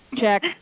Check